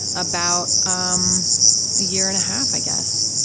about um a year and half, i guess.